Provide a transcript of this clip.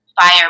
fire